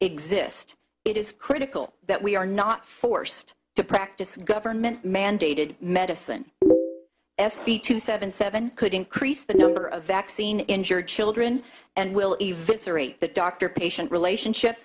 exist it is critical that we are not forced to practice government mandated medicine s p to seven seven could increase the number of vaccine injured children and will that doctor patient relationship